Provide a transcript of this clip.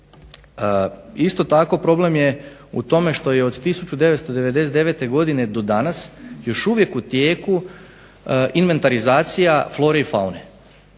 isto tako problem je u tome što je od 1999. godine do danas još uvijek u tijeku inventarizacija flore i faune.